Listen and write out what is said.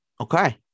Okay